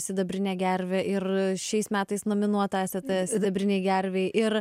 sidabrine gerve ir šiais metais nominuota esate sidabrinei gervei ir